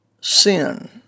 sin